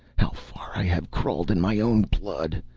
how far i have crawled in my own blood!